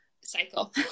cycle